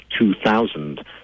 2,000